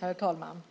Herr talman!